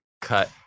Cut